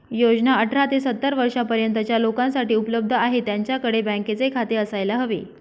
योजना अठरा ते सत्तर वर्षा पर्यंतच्या लोकांसाठी उपलब्ध आहे, त्यांच्याकडे बँकेचे खाते असायला हवे